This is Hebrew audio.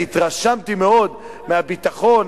אני התרשמתי מאוד מהביטחון,